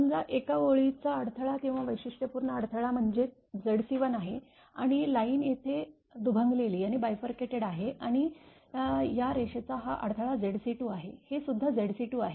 समजा एका ओळीचा अडथळा किंवा वैशिष्ट्यपूर्ण अडथळा म्हणजे Zc1 आहे आणि लाईन येथे दुभंगलेली आहे आणि या रेषेचा हा अडथळा Zc2 आहे हे सुद्धा Zc2 आहे